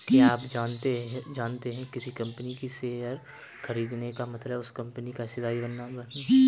क्या आप जानते है किसी कंपनी का शेयर खरीदने का मतलब उस कंपनी का हिस्सेदार बनना?